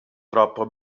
troppo